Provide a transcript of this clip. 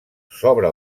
sobre